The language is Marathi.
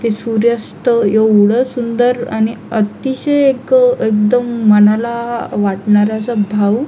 ते सूर्यास्त एवढं सुंदर आणि अतिशय एक एकदम मनाला वाटणारं असं भावुक